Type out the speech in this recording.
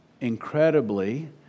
Incredibly